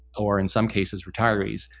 or in some cases retirees,